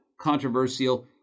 controversial